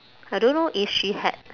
I don't know if she had